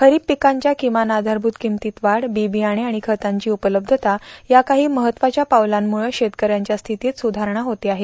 खरीप पिकांच्या किमान आधारभूत किंमतीत वाढ बिबियाणे आणि खतांची उपलब्धता या काही महत्वाच्या पावलांमुळं शेतकऱ्यांच्या स्थितीत सुधारणा होते आहे